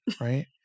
right